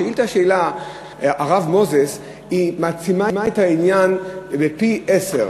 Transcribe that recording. השאילתה שהעלה הרב מוזס מעצימה את העניין פי-עשרה.